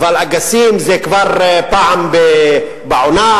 אבל אגסים זה כבר פעם בעונה,